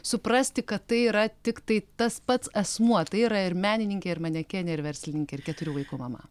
suprasti kad tai yra tiktai tas pats asmuo tai yra ir menininkė ir manekenė ir verslininkė ir keturių vaikų mama